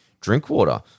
Drinkwater